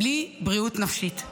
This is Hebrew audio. בלי בריאות נפשית.